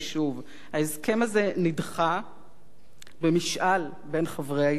ההסכם הזה נדחה במשאל בין חברי ההסתדרות,